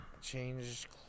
change